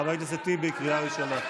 חבר הכנסת טיבי, קריאה ראשונה.